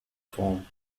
form